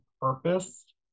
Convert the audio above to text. purpose